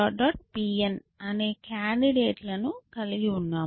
Pn అనే candidate లను కలిగి ఉన్నాము